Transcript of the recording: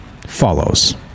follows